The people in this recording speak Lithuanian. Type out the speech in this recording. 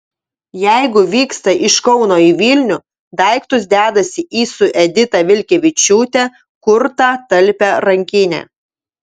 jeigu vyksta iš kauno į vilnių daiktus dedasi į su edita vilkevičiūte kurtą talpią rankinę